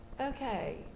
okay